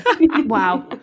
Wow